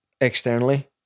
externally